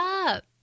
up